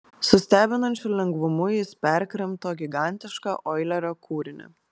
su stebinančiu lengvumu jis perkrimto gigantišką oilerio kūrinį